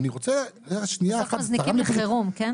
אני רוצה רגע שנייה -- בסוף מזניקים לחירום, כן?